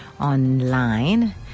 online